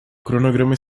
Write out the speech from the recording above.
cronograma